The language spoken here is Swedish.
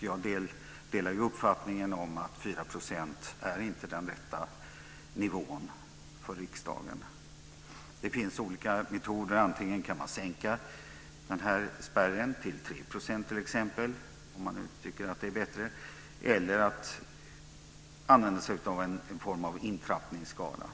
Jag delar uppfattningen att 4 % inte är den rätta nivån för riksdagen. Det finns olika metoder: Antingen kan man t.ex. sänka spärren till 3 %, om man tycker att det är bättre, eller man kan använda någon form av intrappningsskala.